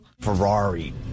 Ferrari